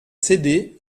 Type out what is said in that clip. cédée